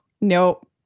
Nope